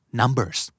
numbers